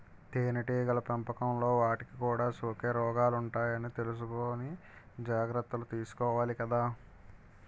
తేనెటీగల పెంపకంలో వాటికి కూడా సోకే రోగాలుంటాయని తెలుసుకుని జాగర్తలు తీసుకోవాలి కదా